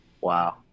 wow